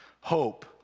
Hope